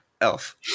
Elf